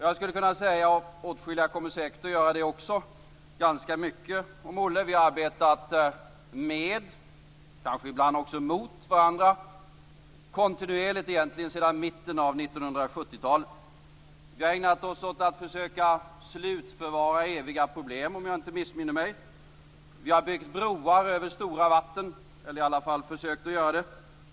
Jag skulle kunna säga, och åtskilliga kommer säkert att göra det, ganska mycket om Olle. Vi har arbetat med, kanske ibland också mot, varandra kontinuerligt sedan mitten av 1970-talet. Vi har ägnat oss åt att försöka slutförvara eviga problem, om jag inte missminner mig. Vi har byggt broar över stora vatten, eller i alla fall försökt.